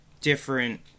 different